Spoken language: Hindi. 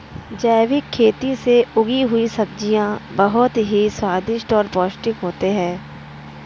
जैविक खेती से उगी हुई सब्जियां बहुत ही स्वादिष्ट और पौष्टिक होते हैं